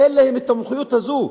אין להם המומחיות הזאת.